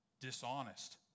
dishonest